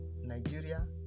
nigeria